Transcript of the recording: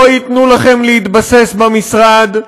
לא ייתנו לכם להתבסס במשרד,